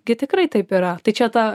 gi tikrai taip yra tai čia ta